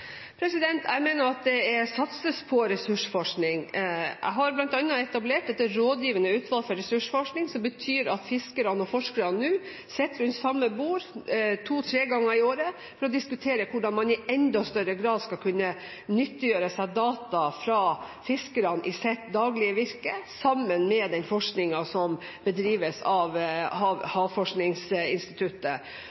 Jeg mener jo at det satses på ressursforskning. Jeg har bl.a. etablert et rådgivende utvalg for ressursforskning. Det betyr at fiskerne og forskerne nå sitter rundt samme bord to–tre ganger i året for å diskutere hvordan man i enda større grad skal kunne nyttegjøre seg data fra fiskerne i sitt daglige virke, sammen med den forskningen som bedrives av Havforskningsinstituttet.